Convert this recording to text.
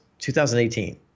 2018